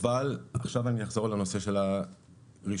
עכשיו אחזור לנושא של הרישיון,